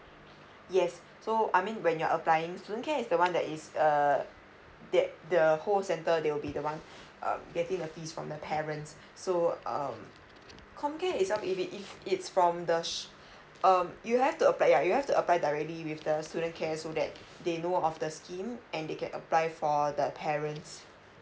yes so I mean when you are applying student care is the one that is err that the whole center they will be the one um getting the fees from the parents so um com care itself if it if it's from the sh~ um you have to apply yeah you have to apply directly with the student care so that they know of the scheme and they can apply for the parents